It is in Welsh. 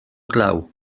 glaw